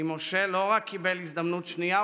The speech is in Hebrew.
כי משה לא רק קיבל הזדמנות שנייה,